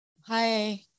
Hi